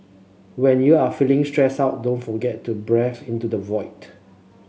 when you are feeling stressed out don't forget to breathe into the void